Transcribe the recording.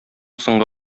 соңгы